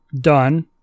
done